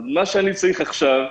מה שאני צריך עכשיו,